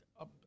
up